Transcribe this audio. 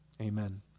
Amen